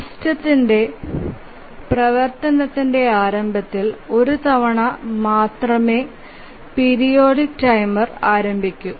സിസ്റ്റത്തിന്റെ പ്രവർത്തനത്തിന്റെ ആരംഭത്തിൽ ഒരു തവണ മാത്രമേ പീരിയോഡിക് ടൈമർ ആരംഭിക്കൂ